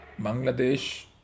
Bangladesh